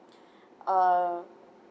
err